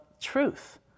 truth